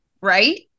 right